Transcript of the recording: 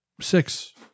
Six